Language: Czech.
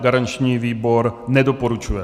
Garanční výbor nedoporučuje.